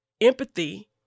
empathy